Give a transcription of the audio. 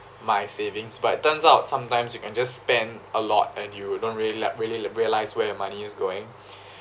my savings but it turns out sometimes you can just spend a lot and you don't really like real~ realize where money is going